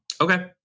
Okay